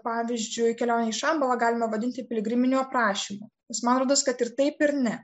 pavyzdžiui kelionę į šambalą galima vadinti piligriminiu prašymu nes man rodos kad ir taip ir ne